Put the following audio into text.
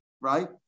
right